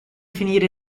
finire